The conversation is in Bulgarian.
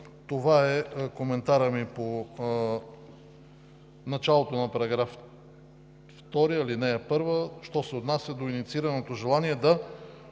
това е коментарът ми по началото на § 2, ал. 1, що се отнася до инициираното желание